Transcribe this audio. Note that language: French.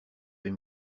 vais